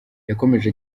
yakomeje